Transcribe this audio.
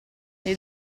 gli